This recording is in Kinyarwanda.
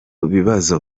bibazo